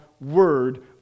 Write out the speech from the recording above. Word